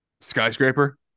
Skyscraper